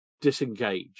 disengage